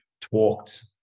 talked